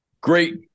Great